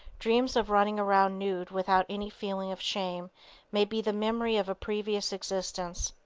dreams of running around nude without any feeling of shame may be the memory of a previous existence.